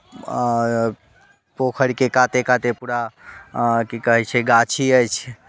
पोखरिके काते काते पूरा की कहैत छै गाछी अछि